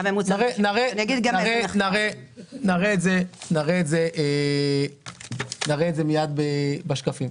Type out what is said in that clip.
נראה את זה מיד בשקפים.